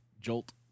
Jolt